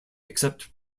except